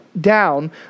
down